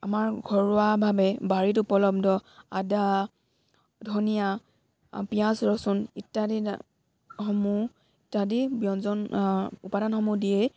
আমাৰ ঘৰুৱাভাৱে বাৰীত উপলব্ধ আদা ধনীয়া পিঁয়াজ ৰচুন ইত্যাদি দা সমূহ ইত্যাদি ব্যঞ্জন উপাদানসমূহ দিয়েই